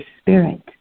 Spirit